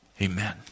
Amen